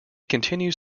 continues